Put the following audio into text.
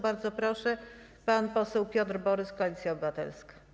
Bardzo proszę, pan poseł Piotr Borys, Koalicja Obywatelska.